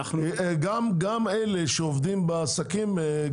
גם אלה שעובדים בעסקים,